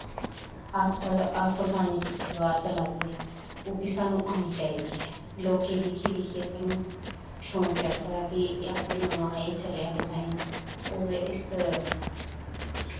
अजकल्ल अफगानी सलवार चला दी ऐ ओह् बी सानूं औंनी चाहिदी ऐ लोकें गी दिक्खी दिक्खियै सानूं शौंक चढ़दा ऐ कि अज्ज एह् चलेआ डिज़ाइन होर इस